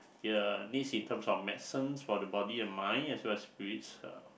your needs in terms of medicine for the body and mind as well as spirits uh